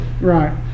Right